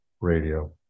radio